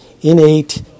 innate